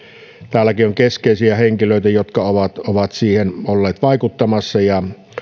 täälläkin on keskeisiä henkilöitä jotka ovat siihen olleet vaikuttamassa ja